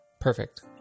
Perfect